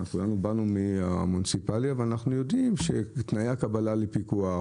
כולנו באנו מהמוניציפלי אבל אנחנו יודעים שתנאי הקבלה לפיקוח,